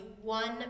one